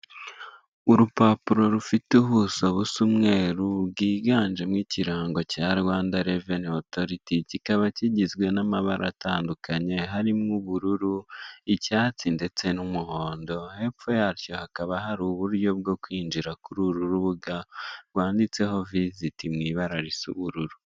Urupapuro rufite ubuso busa umweru, bwiganjemo ikirango cya Rwanda reveni otoriti, kikaba kigizwe n'amabara atandukanye, harimo ubururu, icyatsi ndetse n'umuhondo, hepfo yacyo hakaba hari uburyo bwo kwinjira kuri uru rubuga rwanditseho viziti mu ibara risa ubururu.